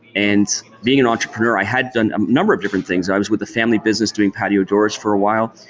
and being an entrepreneur, i had done a number of different things. i was with the family business doing patio doors for a while.